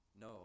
No